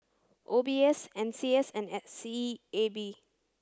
O B S N C S and S E A B